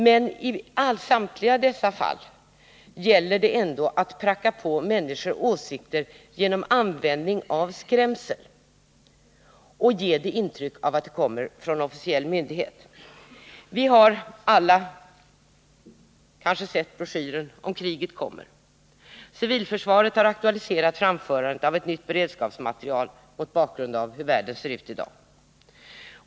Men i samtliga fall gäller det ändå att pracka på människor åsikter genom användning av skrämsel — och ge intryck av att informationen kommer från officiell myndighet. Vi har kanske alla sett broschyren Om kriget kommer. Civilförsvaret har aktualiserat framtagandet av ett nytt beredskapsmaterial mot bakgrund av hur världen ser ut i dag.